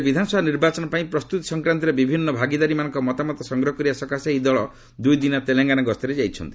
ରାଜ୍ୟରେ ବିଧାନସଭା ନିର୍ବାଚନ ପାଇଁ ପ୍ରସ୍ତୁତି ସଂକ୍ରାନ୍ତରେ ବିଭିନ୍ନ ଭାଗିଦାରୀମାନଙ୍କର ମତାମତ ସଂଗ୍ରହ କରିବା ସକାଶେ ଏହି ଦଳ ଦୁଇଦିନିଆ ତେଲଙ୍ଗାନା ଗସ୍ତରେ ଯାଇଛନ୍ତି